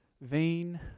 vein